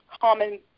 common